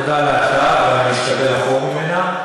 תודה על ההצעה, אבל אני אשתדל לחרוג ממנה.